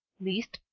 liszt,